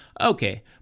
Okay